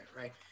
right